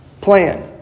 plan